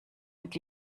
mit